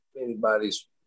anybody's